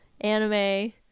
anime